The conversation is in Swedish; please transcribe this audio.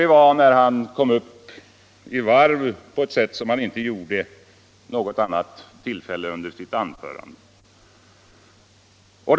Det var när han kom upp i varv på ett sätt som han inte gjorde vid något annat tillfälle under sitt anförande.